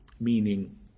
Meaning